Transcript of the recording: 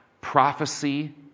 Prophecy